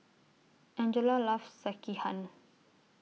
Angella loves Sekihan